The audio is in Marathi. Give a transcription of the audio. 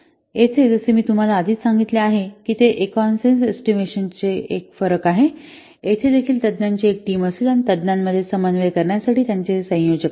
येथे जसे मी तुम्हाला आधीच सांगितले आहे की ते एकॉन्सेन्स एस्टिमेशन चे एक फरक आहे येथे देखील तज्ञांची एक टीम असेल आणि तज्ज्ञांमध्ये समन्वय करण्यासाठी त्यांचे संयोजक असतील